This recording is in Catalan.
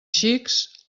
xics